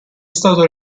stato